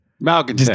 Malcolm